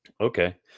Okay